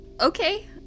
Okay